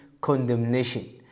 condemnation